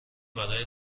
برای